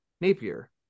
Napier